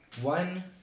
one